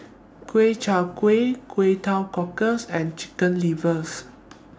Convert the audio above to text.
Ku Chai Kueh Kway Teow Cockles and Chicken livers